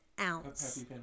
ounce